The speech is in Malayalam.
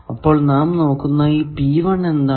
അപ്പോൾ നാം നോക്കുന്ന ഈ എന്താണ്